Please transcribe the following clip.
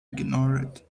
ignored